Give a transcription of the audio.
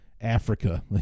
Africa